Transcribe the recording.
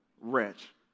wretch